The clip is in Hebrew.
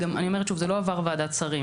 אני אומרת שוב, זה לא עבר ועדת שרים.